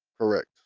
Correct